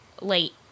late